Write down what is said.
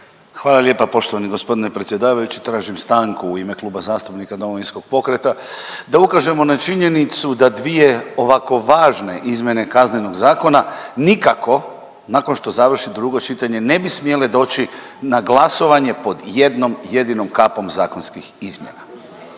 Hvala lijepa poštovani g. predsjedavajući. Tražim stanku u ime Kluba zastupnika Domovinskog pokreta da ukažemo na činjenicu da dvije ovako važne izmjene Kaznenog zakona nikako, nakon što završi drugo čitanje, ne bi smjele doći na glasovanje pod jednom jedinom kapom zakonskih izmjena.